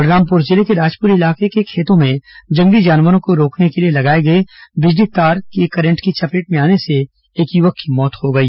बलरामपुर जिले के राजपुर इलाके के खेतों में जंगली जानवरों को रोकने के लिए लगाए गए बिजली तार करंट की चपेट में आने से एक युवक की मौत हो गई